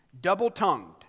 Double-tongued